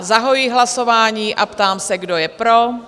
Zahajuji hlasování a ptám se, kdo je pro?